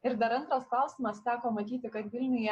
ir dar antras klausimas teko matyti kad vilniuje